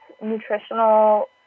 nutritional